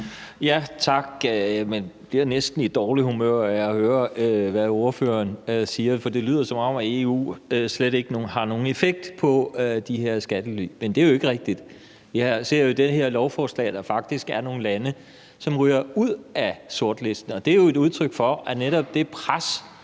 (V): Tak. Man bliver næsten i dårligt humør af at høre, hvad ordføreren siger, for det lyder, som om EU slet ikke har nogen effekt på de her skattely. Men det er jo ikke rigtigt. Jeg ser i det her lovforslag, at der faktisk er nogle lande, som ryger ud af sortlisten, og det er jo et udtryk for, at netop det pres,